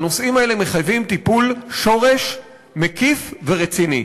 שהנושאים האלה מחייבים טיפול שורש מקיף ורציני,